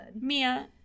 mia